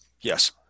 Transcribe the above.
Yes